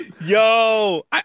Yo